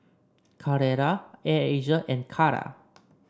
Carrera Air Asia and Kara